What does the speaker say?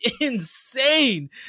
insane